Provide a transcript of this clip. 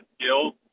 skills